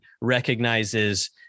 recognizes